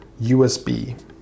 USB